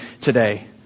today